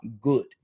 good